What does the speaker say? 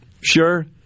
Sure